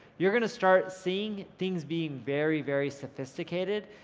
you're gonna start seeing things being very very sophisticated,